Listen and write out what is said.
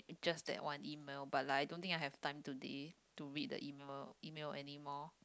just that one email but like I don't think I have time today to read the email email anymore